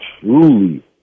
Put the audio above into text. truly